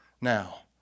Now